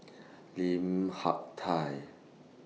Lim Hak Tai